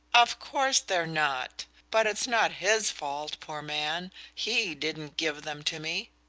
of course they're not! but it's not his fault, poor man he didn't give them to me!